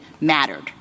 mattered